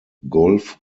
golf